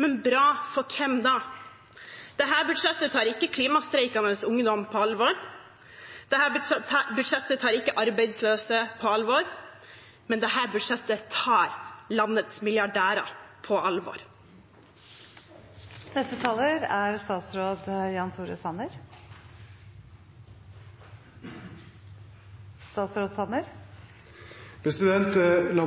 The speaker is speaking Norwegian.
men bra for hvem? Dette budsjettet tar ikke klimastreikende ungdom på alvor, dette budsjettet tar ikke arbeidsløse på alvor, men dette budsjettet tar landets milliardærer på alvor. La